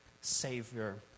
Savior